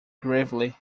gravely